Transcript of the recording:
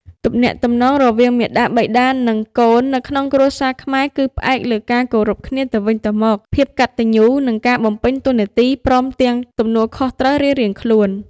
ទំនាក់ទំនងរវាងមាតាបិតា និងកូននៅក្នុងគ្រួសារខ្មែរ គឺផ្អែកលើការគោរពគ្នាទៅវិញទៅមក ភាពកតញ្ញូ និងការបំពេញតួនាទី ព្រមទាំងទំនួលខុសត្រូវរៀងៗខ្លួន។